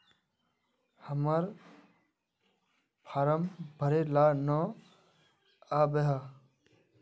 हम्मर फारम भरे ला न आबेहय?